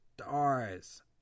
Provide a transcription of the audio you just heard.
stars